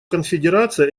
конфедерация